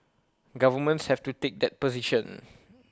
governments have to take that position